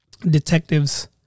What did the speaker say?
detectives